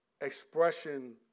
expression